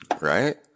Right